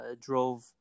drove